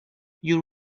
you